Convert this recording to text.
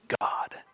God